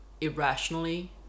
irrationally